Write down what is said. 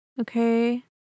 okay